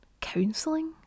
counselling